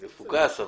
מפוקס,